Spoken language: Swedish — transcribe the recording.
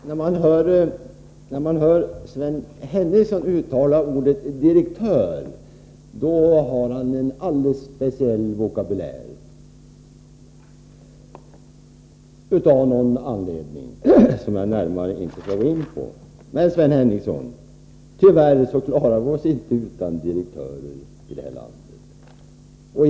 Herr talman! När Sven Henricsson uttalar ordet direktör uttrycker han sig av någon anledning på ett alldeles speciellt sätt som jag inte närmare skall gå in på. Men, Sven Henricsson, tyvärr klarar vi oss inte utan direktörer i det här landet.